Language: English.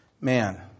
man